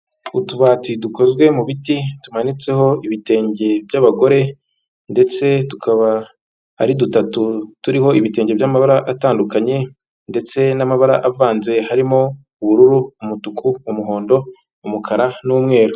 Utubati dukozwe mu biti tumanitseho ibitenge by'abagore, ndetse tukaba ari dutatu turiho ibitenge by'amabara atandukanye ndetse n'amabara avanze harimo ubururu, umutuku, umuhondo, umukara n'umweru.